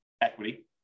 equity